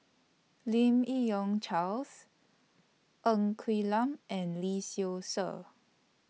Lim Yi Yong Charles Ng Quee Lam and Lee Seow Ser